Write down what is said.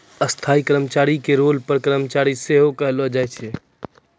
स्थायी कर्मचारी के पे रोल कर्मचारी सेहो कहलो जाय छै